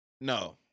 No